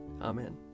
Amen